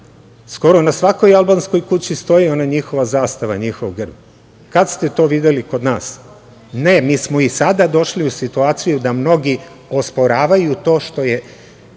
skoro na svakoj albanskoj kući stoji ona njihova zastava, njihov grb. Kad ste to videli kod nas? Ne, mi smo i sada došli u situaciju da mnogi osporavaju to što je